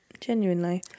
genuinely